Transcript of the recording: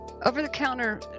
Over-the-counter